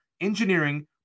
engineering